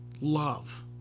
love